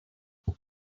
put